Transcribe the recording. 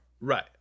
Right